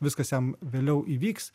viskas jam vėliau įvyks